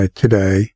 today